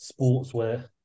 sportswear